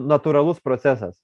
natūralus procesas